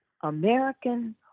American